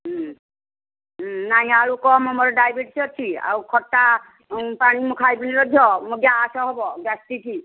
ନାଇଁ ଆଳୁ କମ୍ ମୋର ଡାଇବେଟିସ୍ ଅଛି ଆଉ ଖଟା ପାଣି ମୁଁ ଖାଇବିନି ଲୋ ଝିଅ ମୋର ଗ୍ୟାସ୍ ହେବ ଗ୍ୟାଷ୍ଟିକ୍